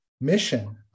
mission